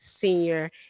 senior